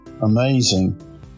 Amazing